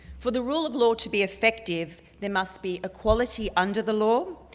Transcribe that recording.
for the rule of law to be effective there must be a quality under the law,